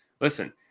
listen